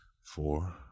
four